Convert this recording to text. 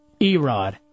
Erod